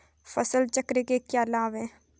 फसल चक्र के क्या लाभ हैं?